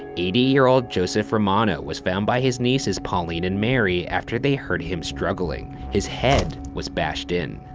eighty year old joseph romano was found by his nieces pauline and mary after they heard him struggling. his head was bashed in.